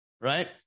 right